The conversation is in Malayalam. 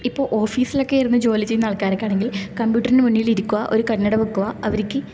ഇപ്പോൾ ഓഫീസിലൊക്കെ ഇരുന്ന് ജോലി ചെയ്യുന്ന ആൾക്കാരക്കാണെങ്കിൽ കംപ്യൂട്ടറിന് മുന്നിൽ ഇരിക്കുക ഒരു കണ്ണട വെക്കുക അവർക്ക്